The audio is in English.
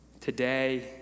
today